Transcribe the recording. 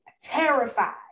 terrified